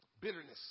bitterness